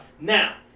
Now